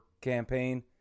campaign